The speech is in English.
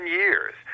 years